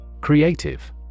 Creative